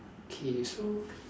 okay so